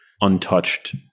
untouched